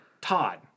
Todd